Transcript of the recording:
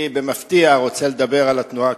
אני במפתיע רוצה לדבר על התנועה הקיבוצית.